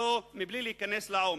מבלי להיכנס לעומק.